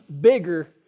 bigger